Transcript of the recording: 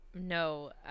No